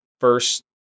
first